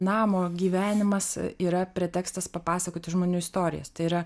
namo gyvenimas yra pretekstas papasakoti žmonių istorijas tai yra